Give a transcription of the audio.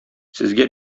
сезгә